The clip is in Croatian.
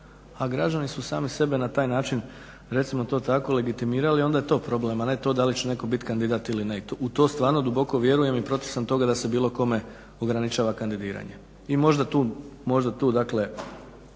a građani su sami sebe na taj način recimo to tako legitimirali, onda je to problem, a ne to da li će netko biti kandidat i ne. U to stvarno duboko vjerujem i protiv sam toga da se bilo kome ograničava kandidiranje. I možda tu, možda